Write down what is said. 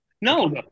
No